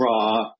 raw